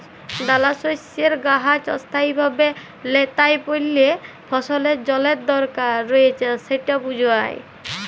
দালাশস্যের গাহাচ অস্থায়ীভাবে ল্যাঁতাই পড়লে ফসলের জলের দরকার রঁয়েছে সেট বুঝায়